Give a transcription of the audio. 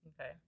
okay